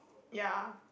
ya